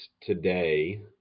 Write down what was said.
today